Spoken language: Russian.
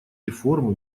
реформы